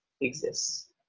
exists